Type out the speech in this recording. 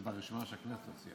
זה ברשימה של הכנסת.